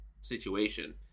situation